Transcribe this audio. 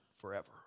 forever